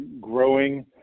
growing